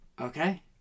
Okay